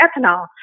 Ethanol